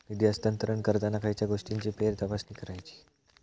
निधी हस्तांतरण करताना खयच्या गोष्टींची फेरतपासणी करायची?